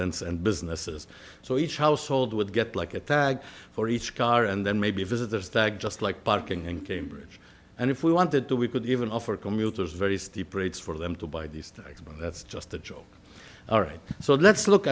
residents and businesses so each household would get like a tag for each car and then maybe visitors that just like parking in cambridge and if we wanted to we could even offer commuters very steep rates for them to buy these things but that's just a joke all right so let's look